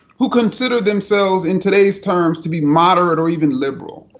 who consider themselves in today's terms to be moderate or even liberal.